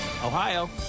Ohio